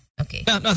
Okay